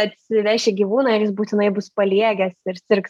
atsiveši gyvūną ir jis būtinai bus paliegęs ir sirgs